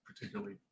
particularly